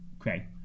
Okay